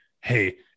Hey